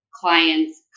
clients